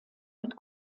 mit